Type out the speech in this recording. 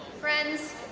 friends,